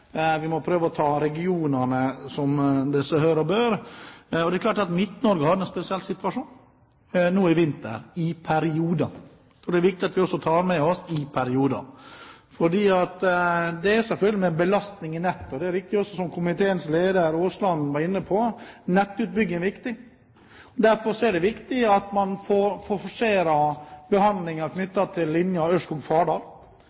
Vi må prøve å ta regionene som seg hør og bør, og det er klart at Midt-Norge har hatt en spesiell situasjon i vinter – i perioder. Det er viktig at vi også tar med at det gjaldt «i perioder», for det er selvfølgelig en belastning i nettet. Det er også riktig, som næringskomiteens leder, Aasland, var inne på, at nettutbygging er viktig. Derfor er det viktig at man får